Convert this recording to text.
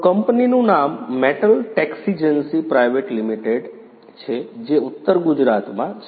તો કંપનીનું નામ મેટલ ટેક્સીજેન્સી પ્રાઈવેટ લિમિટેડ છે જે ઉત્તર ગુજરાતમાં છે